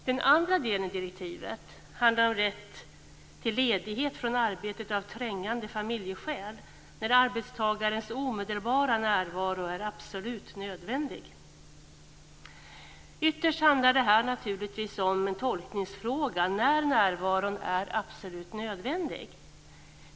Den andra delen i direktivet handlar om rätt till ledighet från arbetet av trängande familjeskäl när arbetstagarens omedelbara närvaro är absolut nödvändig. Ytterst handlar det naturligtvis om en tolkningsfråga när närvaron är absolut nödvändig.